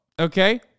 Okay